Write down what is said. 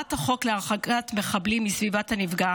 הצעת החוק להרחקת מחבלים מסביבת הנפגע